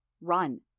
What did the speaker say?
Run